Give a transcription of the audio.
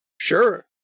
Sure